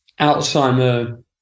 Alzheimer